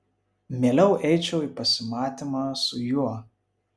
mieliau eičiau į pasimatymą su juo